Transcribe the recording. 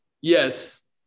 Yes